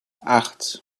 acht